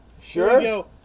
Sure